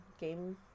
Game